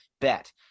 bet